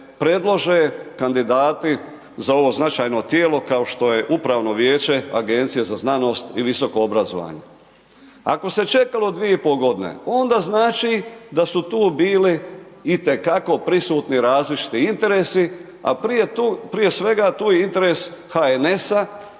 predlože kandidati za ovo značajno tijelo, kao što je u Upravno vijeće Agencije za znanosti i visoko obrazovanje. Ako se je čekalo 2,5 godine, onda znači da su tu bili itekako prisutni različiti interesi a prije svega tu je interes HNS-a